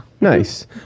Nice